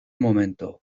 momento